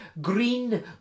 green